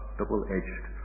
double-edged